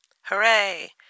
Hooray